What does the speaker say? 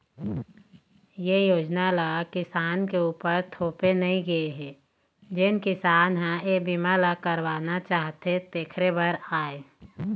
ए योजना ल किसान के उपर थोपे नइ गे हे जेन किसान ह ए बीमा ल करवाना चाहथे तेखरे बर आय